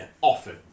Often